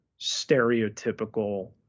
stereotypical